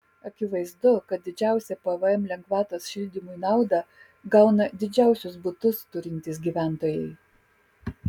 akivaizdu kad didžiausią pvm lengvatos šildymui naudą gauna didžiausius butus turintys gyventojai